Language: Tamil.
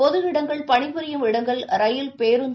பொது இடங்கள் பணிபுரியும் இடங்கள் ரயில் பேருந்து